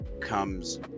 comes